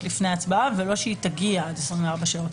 לפני ההצבעה ולא שהיא תגיע עד 24 שעות.